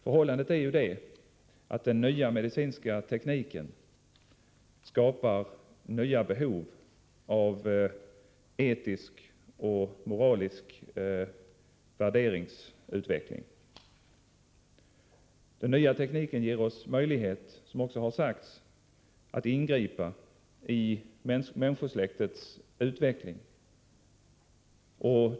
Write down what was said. Förhållandet är ju att den nya medicinska tekniken skapar nya behov vad gäller etiska och moraliska värderingar. Den nya tekniken ger oss möjligheter, som också har sagts, att ingripa i människosläktets utveckling.